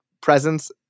presence